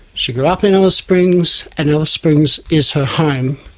she grew up in alice springs, and alice springs is her home,